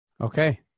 Okay